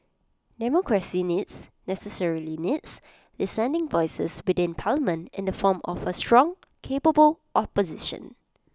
democracy needs necessarily needs dissenting voices within parliament in the form of A strong capable opposition